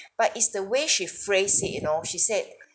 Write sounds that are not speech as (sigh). (breath) but it's the way she phrase it you know she said